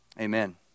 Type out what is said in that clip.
amen